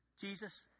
Jesus